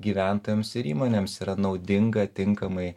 gyventojams ir įmonėms yra naudinga tinkamai